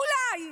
אולי,